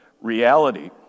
reality